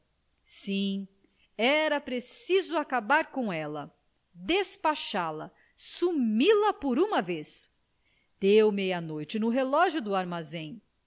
sim era preciso acabar com ela despachá la sumi la por uma vez deu meia-noite no relógio do armazém